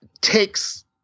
takes